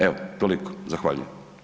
Evo, toliko zahvaljujem.